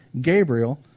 Gabriel